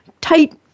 tight